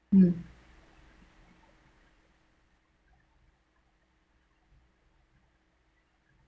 mm